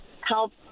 help